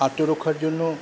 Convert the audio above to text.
আত্মরক্ষার জন্য